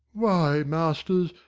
why, masters,